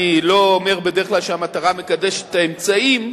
אני לא אומר בדרך כלל שהמטרה מקדשת את האמצעים,